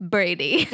Brady